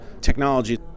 technology